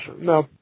No